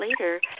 later